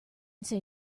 say